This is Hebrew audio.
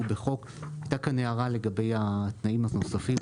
בחוק." הייתה כאן הערה לגבי התנאים הנוספים.